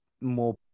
more